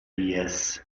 dies